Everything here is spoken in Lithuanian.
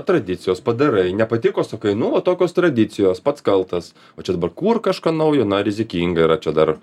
tradicijos padarai nepatiko sakai nu va tokios tradicijos pats kaltas o čia dabar kurk kažką naujo na rizikinga yra čia dar